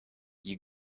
you